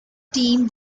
team